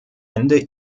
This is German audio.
ende